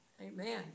Amen